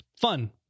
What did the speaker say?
fun